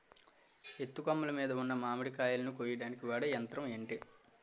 ఎత్తు కొమ్మలు మీద ఉన్న మామిడికాయలును కోయడానికి వాడే యంత్రం ఎంటి?